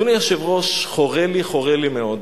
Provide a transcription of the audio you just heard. אדוני היושב-ראש, חורה לי, חורה לי מאוד,